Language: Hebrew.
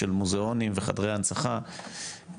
של מוזיאונים וחדרי הנצחה,